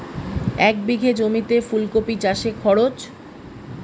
এক বিঘে জমিতে ফুলকপি চাষে খরচ?